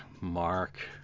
Mark